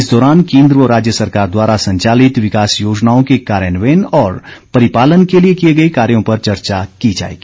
इस दौरान केन्द्र व राज्य सरकार द्वारा संचालित विकास योजनाओं के कार्यान्वयन और परिपालन के लिए किए गए कार्यों पर चर्चा की जाएगी